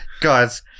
guys